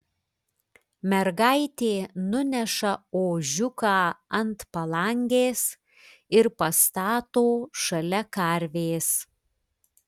mergaitė nuneša ožiuką ant palangės ir pastato šalia karvės